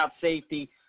safety